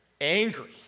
Angry